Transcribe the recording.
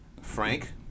Frank